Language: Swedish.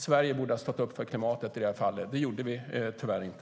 Sverige borde ha stått upp för klimatet i det här fallet. Det gjorde vi tyvärr inte.